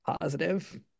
positive